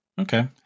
Okay